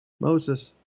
Moses